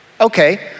Okay